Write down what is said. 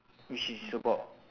which is about